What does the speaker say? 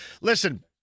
listen